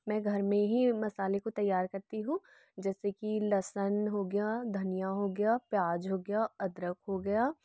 मैं घर में ही मसाले को तैयार करती हूँ जैसे कि लहसुन हो गया धनिया हो गया प्याज हो गया अदरक हो गया